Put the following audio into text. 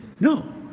No